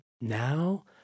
Now